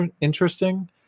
interesting